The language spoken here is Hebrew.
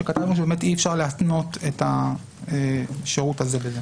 שכתבנו שאי אפשר להתנות את השירות הזה בזה.